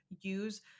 use